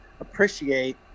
appreciate